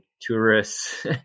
tourists